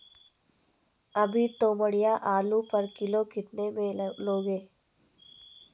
अभी तोमड़िया आलू पर किलो कितने में लोगे?